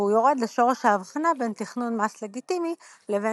והוא יורד לשורש ההבחנה בין תכנון מס לגיטימי לבין